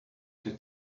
that